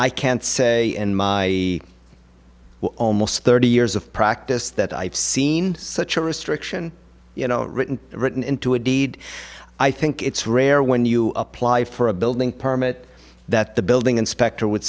i can't say a almost thirty years of practice that i've seen such a restriction you know written written into a deed i think it's rare when you apply for a building permit that the building inspector would